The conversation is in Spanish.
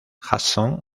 hudson